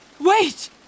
Wait